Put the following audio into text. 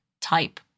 type